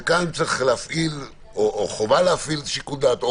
שכאן חובה להפעיל שיקול דעת,